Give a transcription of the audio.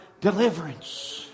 deliverance